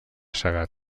segat